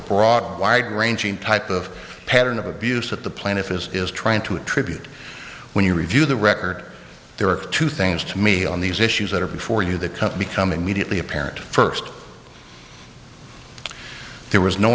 broad wide ranging type of pattern of abuse that the plaintiff is is trying to attribute when you review the record there are two things to me on these issues that are before you the company coming mediately apparent first there was no